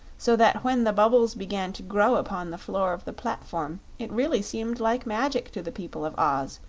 so that when the bubbles began to grow upon the floor of the platform it really seemed like magic to the people of oz,